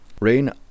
Rain